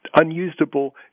unusable